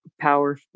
power